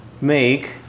make